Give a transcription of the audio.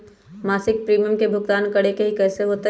मासिक प्रीमियम के भुगतान करे के हई कैसे होतई?